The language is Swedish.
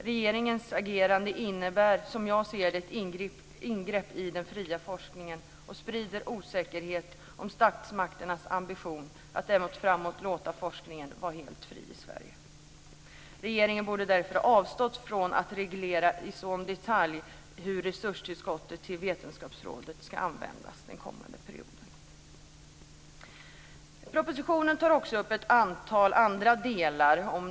Regeringens agerande innebär, som vi ser det, ett ingrepp i den fria forskningen och sprider osäkerhet om statsmakternas ambition att även framåt låta forskningen vara fri i Sverige. Regeringen borde därför ha avstått från att i detalj reglera hur resurstillskottet till Vetenskapsrådet ska användas den kommande perioden. Propositionen tar också upp ett antal andra delar.